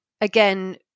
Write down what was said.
again